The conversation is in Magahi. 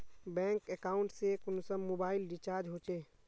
बैंक अकाउंट से कुंसम मोबाईल रिचार्ज होचे?